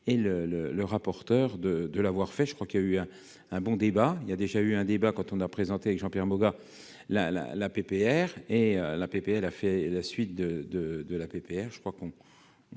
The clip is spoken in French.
le le rapporteur de de l'avoir fait, je crois qu'il y a eu un un bon débat il y a déjà eu un débat quand on a présenté avec Jean-Pierre Moga la la la, PPR et la APP, elle a fait la suite de de de